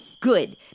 Good